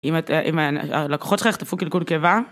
אם הייתה... אם... הלקוחות שלך יחטפו קלקול קיבה.